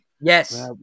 Yes